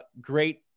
great